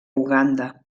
uganda